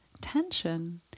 tension